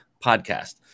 podcast